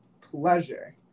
pleasure